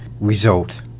result